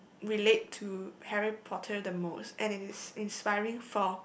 relate to Harry-Potter the most and it is inspiring for